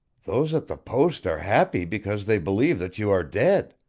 those at the post are happy because they believe that you are dead.